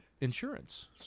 insurance